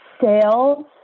sales